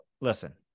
listen